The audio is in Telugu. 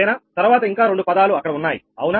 తర్వాత ఇంకా రెండు పదాలు అక్కడ ఉన్నాయి అవునా